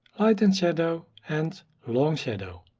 light and shadow and long shadow.